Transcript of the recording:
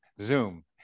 Zoom